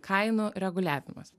kainų reguliavimas